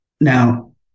now